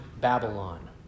Babylon